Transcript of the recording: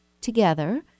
together